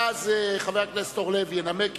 ואז חבר הכנסת אורלב ינמק,